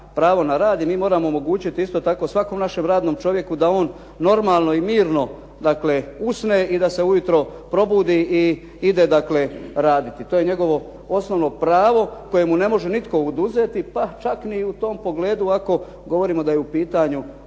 pravo na rad i mi moramo omogućiti isto tako svakom našem radnom čovjeku da on normalno i mirno usne i da se ujutro probudi ide raditi, to je njegovo osnovno pravo koje mu ne može nitko oduzeti pa čak ni u tom pogledu ako govorimo da je u pitanju